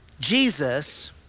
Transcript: Jesus